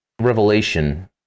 revelation